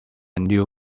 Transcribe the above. new